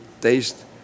taste